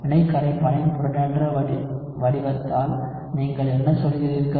வினை கரைப்பானின் புரோட்டானேற்ற வடிவத்தால் நீங்கள் என்ன சொல்கிறீர்கள்